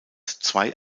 zwei